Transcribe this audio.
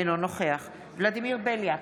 אינו נוכח ולדימיר בליאק,